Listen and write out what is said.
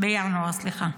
4 בינואר, סליחה,